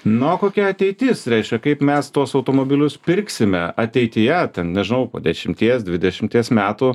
nu o kokia ateitis reiškia kaip mes tuos automobilius pirksime ateityje ten nežinau po dešimties dvidešimties metų